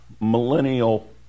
millennial